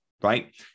right